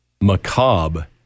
macabre